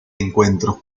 encuentro